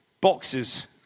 boxes